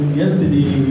yesterday